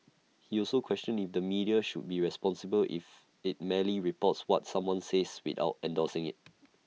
he also questioned need the media should be responsible if IT merely reports what someone says without endorsing IT